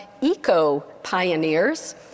eco-pioneers